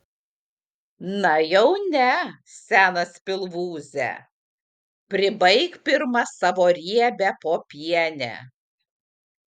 na jau ne senas pilvūze pribaik pirma savo riebią popienę